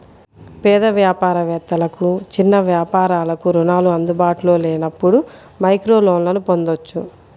పేద వ్యాపార వేత్తలకు, చిన్న వ్యాపారాలకు రుణాలు అందుబాటులో లేనప్పుడు మైక్రోలోన్లను పొందొచ్చు